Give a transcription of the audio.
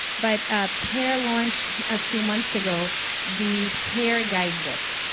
but ah pair launched a few months ago the pair guidebook.